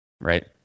right